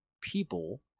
people